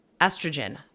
estrogen